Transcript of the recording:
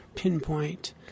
pinpoint